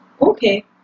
okay